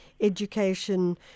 Education